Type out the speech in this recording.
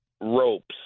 ropes